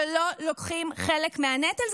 שלא לוקחים חלק בנטל,